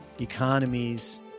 economies